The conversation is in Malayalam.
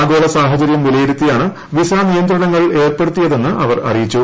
ആഗോള സാഹചര്യം വിലയിരുത്തിയാണ് വിസാ നിയന്ത്രങ്ങൾ ഏർപ്പെടുത്തിയതെന്ന് അവർ അറിയിച്ചു